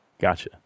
Gotcha